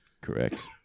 correct